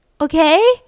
Okay